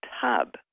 tub